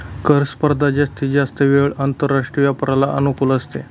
कर स्पर्धा जास्तीत जास्त वेळा आंतरराष्ट्रीय व्यापाराला अनुकूल असते